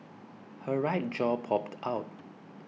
her right jaw popped out